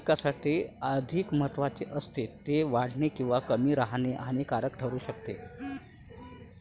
तापमान आपल्या पिकासाठी अधिक महत्त्वाचे असते, ते वाढणे किंवा कमी होणे हानिकारक ठरू शकते